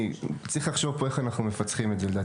וצריך לחשוב איך אנחנו מפצחים את זה.